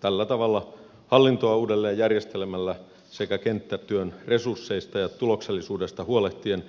tällä tavalla hallintoa uudelleen järjestelemällä sekä kenttätyön resursseista ja tuloksellisuudesta huolehtien